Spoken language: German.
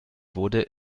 wurde